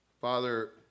Father